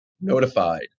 Notified